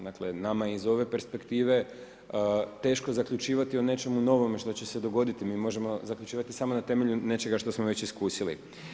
Dakle, nama iz ove perspektive, teško zaključivati na nečemu novome što će se dogoditi, mi možemo zaključivati samo na temelju nečega što smo već iskusili.